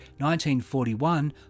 1941